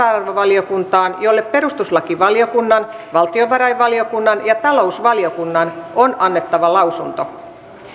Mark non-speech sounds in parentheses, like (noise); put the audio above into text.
(unintelligible) arvovaliokuntaan jolle perustuslakivaliokunnan valtiovarainvaliokunnan ja talousvaliokunnan on annettava lausunto lisäksi keskustelussa